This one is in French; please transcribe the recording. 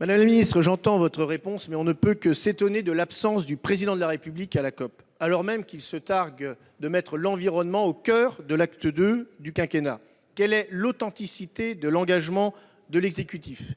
Madame la secrétaire d'État, j'entends votre réponse. Toutefois, on ne peut que s'étonner de l'absence du Président de la République à la COP, alors même qu'il se targue de mettre l'environnement au coeur de l'acte II du quinquennat. Quelle est l'authenticité de l'engagement de l'exécutif ?